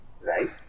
Right